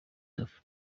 tuff